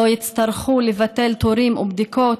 לא יצטרכו לבטל תורים ובדיקות,